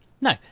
no